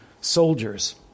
soldiers